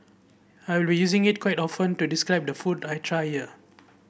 I will be using it quite often to describe the food I try here